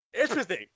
Interesting